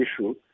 issue